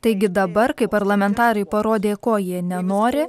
taigi dabar kai parlamentarai parodė ko jie nenori